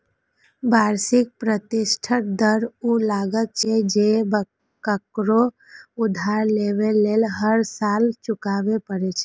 वार्षिक प्रतिशत दर ऊ लागत छियै, जे ककरो उधार लेबय लेल हर साल चुकबै पड़ै छै